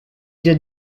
did